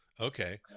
Okay